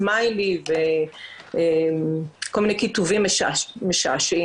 סמיילי וכל מיני כיתובים משעשעים.